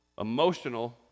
emotional